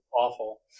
awful